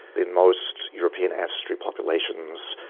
in most european ancestry populations,